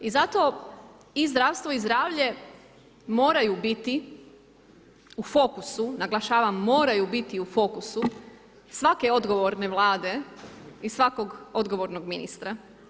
I zato i zdravstvo i zdravlje moraju biti u fokusu, naglašavam moraju biti u fokusu svake odgovorne Vlade i svakog odgovornog ministra.